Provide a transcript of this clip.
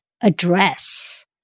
address